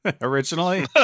originally